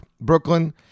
Brooklyn